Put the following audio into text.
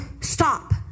stop